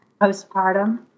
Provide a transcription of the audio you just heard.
postpartum